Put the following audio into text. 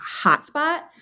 hotspot